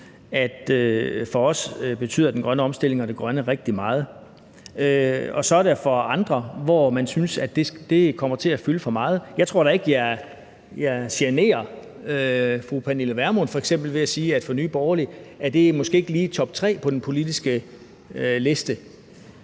at for os betyder den grønne omstilling og det grønne rigtig meget, og så er der andre, som synes, at det kommer til at fylde for meget. Jeg tror da ikke, at jeg generer f.eks. fru Pernille Vermund ved at sige, at for Nye Borgerlige er det grønne måske ikke lige i toptre på den politiske liste.